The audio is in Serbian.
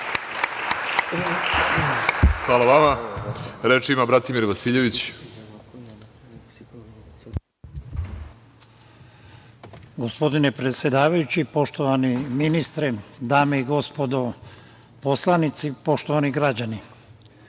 Hvala vama. Reč ima Bratimir Vasiljević.